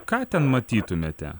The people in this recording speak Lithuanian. ką ten matytumėte